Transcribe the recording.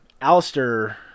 Alistair